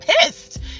pissed